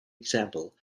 example